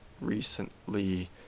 recently